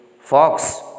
fox